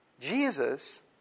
Jesus